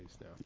now